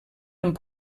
amb